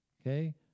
Okay